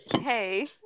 hey